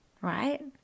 right